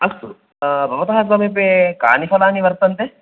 अस्तु भवतः समीपे कानि फलानि वर्तन्ते